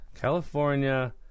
California